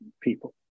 people